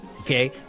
okay